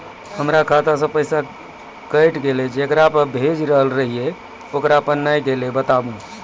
हमर खाता से पैसा कैट गेल जेकरा पे भेज रहल रहियै ओकरा पे नैय गेलै बताबू?